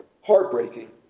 Heartbreaking